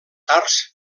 tars